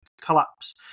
Collapse